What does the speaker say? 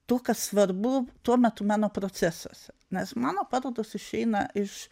tuo kas svarbu tuo metu mano procesuose nes mano parodos išeina iš